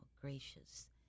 gracious